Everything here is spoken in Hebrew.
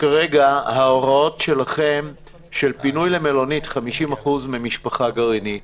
של כמות חולים גבוהה